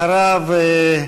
אחריו,